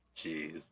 jeez